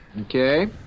Okay